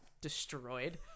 Destroyed